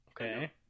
okay